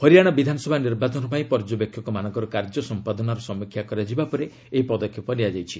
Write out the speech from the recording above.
ହରିଆଣା ବିଧାନସଭା ନିର୍ବାଚନ ପାଇଁ ପର୍ଯ୍ୟବେକ୍ଷକମାନଙ୍କର କାର୍ଯ୍ୟ ସମ୍ପାଦନାର ସମୀକ୍ଷା କରାଯିବା ପରେ ଏହି ପଦକ୍ଷେପ ନିଆଯାଇଛି